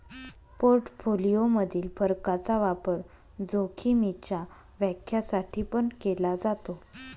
portfolio मधील फरकाचा वापर जोखीमीच्या व्याख्या साठी पण केला जातो